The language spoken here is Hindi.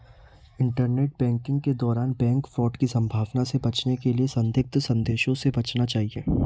इंटरनेट बैंकिंग के दौरान बैंक फ्रॉड की संभावना से बचने के लिए संदिग्ध संदेशों से बचना चाहिए